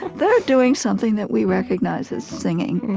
they're doing something that we recognize as singing.